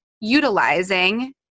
utilizing